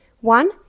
One